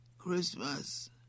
Christmas